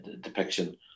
depiction